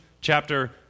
chapter